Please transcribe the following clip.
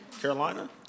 Carolina